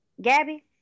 Gabby